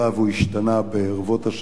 והוא השתנה ברבות השנים,